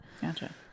Gotcha